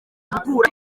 gukura